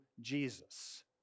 Jesus